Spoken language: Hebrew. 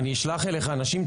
אני אשלח אליך אנשים,